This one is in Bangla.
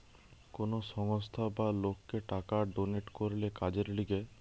কোন সংস্থা বা লোককে টাকা ডোনেট করলে কাজের লিগে